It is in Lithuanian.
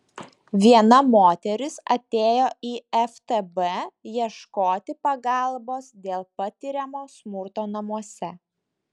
viena moteris atėjo į ftb ieškoti pagalbos dėl patiriamo smurto namuose